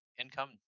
income